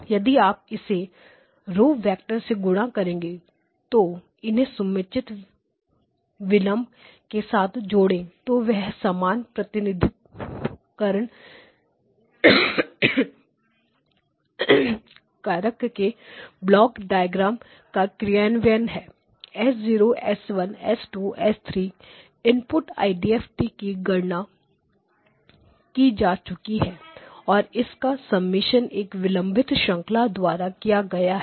यदि आप इसे रो वेक्टर से गुणा करें और इन्हें समुचित विलंब के साथ जोड़ें तो वह समान प्रतिनिधि करण के ब्लॉक डायग्राम का क्रियान्वयन है S0 S1 S2S3 input IDFT की गणना की जा चुकी है और उसका समेषन एक विलंब श्रंखला द्वारा किया गया है